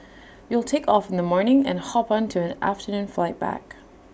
you'll take off in the morning and hop on to an afternoon flight back